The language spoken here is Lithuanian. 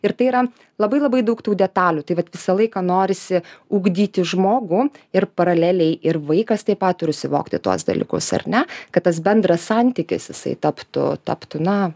ir tai yra labai labai daug tų detalių tai vat visą laiką norisi ugdyti žmogų ir paraleliai ir vaikas taip pat turi suvokti tuos dalykus ar ne kad tas bendras santykis jisai taptų taptų na